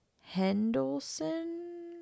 Henderson